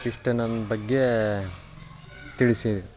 ಇಷ್ಟು ನನ್ನ ಬಗ್ಗೆ ತಿಳ್ಸೇನೆ